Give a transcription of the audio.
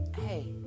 hey